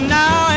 now